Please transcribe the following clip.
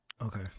okay